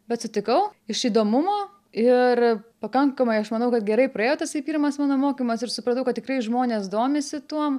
bet sutikau iš įdomumo ir pakankamai aš manau kad gerai praėjo tasai pirmas mano mokymas ir supratau kad tikrai žmonės domisi tuom